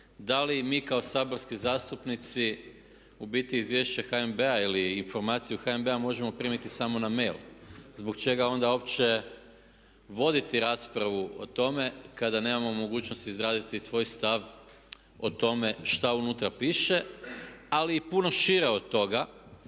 da li mi kao saborski zastupnici u biti izvješće HNB-a ili informaciju HNB-a možemo primiti samo na mail. Zbog čega onda uopće voditi raspravu o tome kada nemamo mogućnost izraziti svoj stav o tome šta unutra piše, ali i puno šire od toga